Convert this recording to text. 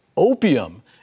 opium